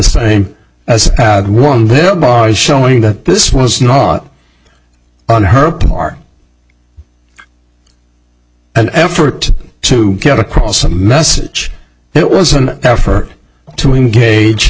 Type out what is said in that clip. same as one showing that this was not on her part an effort to get across a message it was an effort to engage